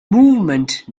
movement